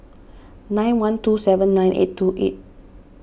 nine one two seven nine eight two eight